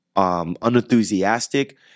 Unenthusiastic